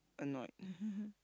annoyed